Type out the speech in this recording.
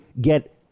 get